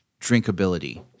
drinkability